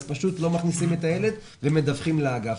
פשוט לא מכניסים את הילד ומדווחים לאגף.